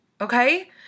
Okay